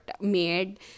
made